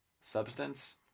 Substance